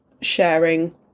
sharing